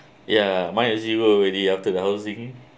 ya mine is zero already after the housing